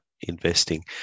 investing